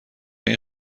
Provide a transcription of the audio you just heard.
این